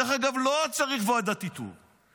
דרך אגב, לא צריך ועדת איתור.